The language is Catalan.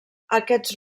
aquests